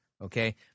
Okay